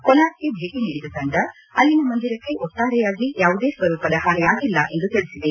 ಕೊನಾರ್ಕ್ಗೆ ಭೇಟಿ ನೀಡಿದ ತಂಡ ಅಲ್ಲಿನ ಮಂದಿರಕ್ಕೆ ಒಟ್ಟಾರೆಯಾಗಿ ಯಾವುದೇ ಸ್ವರೂಪದ ಹಾನಿ ಆಗಿಲ್ಲ ಎಂದು ತಿಳಿಸಿದೆ